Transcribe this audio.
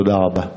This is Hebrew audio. תודה רבה.